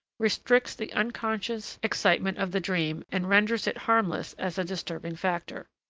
restricts the unconscious excitement of the dream and renders it harmless as a disturbing factor.